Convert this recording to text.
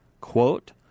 Quote